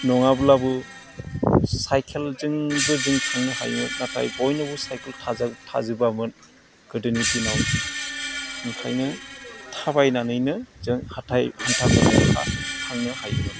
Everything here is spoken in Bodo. नङाब्लाबो साइखेलजोंबो जों थांनो हायोमोन नाथाय बयनोबो साइखेल थाजोबामोन गोदोनि दिनाव ओंखायनो थाबायनानैनो जों हाथाय बाजार हान्था मेला थांनो हायोमोन